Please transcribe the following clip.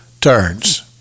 Turns